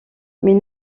mais